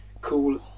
cool